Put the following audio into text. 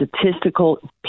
statistical